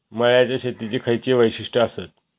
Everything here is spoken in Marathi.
मळ्याच्या शेतीची खयची वैशिष्ठ आसत?